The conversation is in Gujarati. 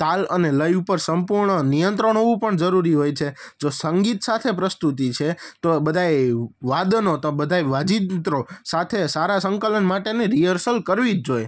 તાલ અને લય ઉપર સંપૂર્ણ નિયંત્રણ હોવું પણ જરૂરી હોય છે જો સંગીત સાથે પ્રસ્તુતિ છે તો બધાય વાદનો તો બધાંય વાજિંત્રો સાથે સારા સંકલન માટેની રીહર્સલ કરવી જ જોઈએ